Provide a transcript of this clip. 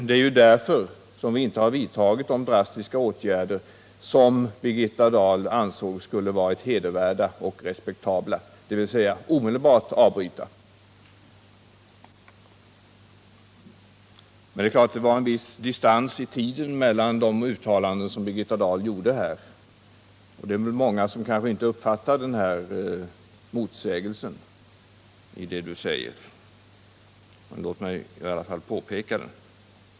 Det är därför vi inte har vidtagit den drastiska åtgärd som Birgitta Dahl ansåg skulle ha varit hedervärd och respektabel, alltså att omedelbart avbryta arbetena i Forsmark. Men det var en viss distans i tiden mellan de uttalanden som Birgitta Dahl här gjorde, och många uppfattade kanske inte den motsägelse som ligger i vad hon sade. Låt mig i alla fall här påpeka den.